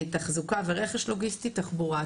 תחזוקה ורכש לוגיסטי ותחבורה.